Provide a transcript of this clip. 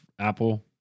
apple